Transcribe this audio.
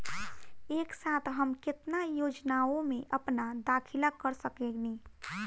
एक साथ हम केतना योजनाओ में अपना दाखिला कर सकेनी?